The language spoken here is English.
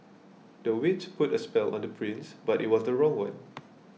the witch put a spell on the prince but it was the wrong one